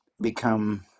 become